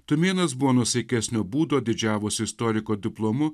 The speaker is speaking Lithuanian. tumėnas buvo nuosaikesnio būdo didžiavos istoriko diplomu